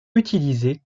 utilisés